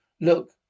Look